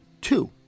two